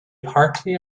party